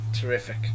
Terrific